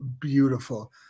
beautiful